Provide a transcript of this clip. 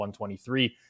123